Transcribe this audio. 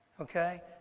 Okay